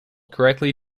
correctly